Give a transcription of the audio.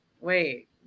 wait